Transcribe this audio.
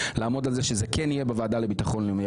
לעמוד על זה שהדיון יהיה בוועדה לביטחון לאומי,